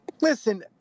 listen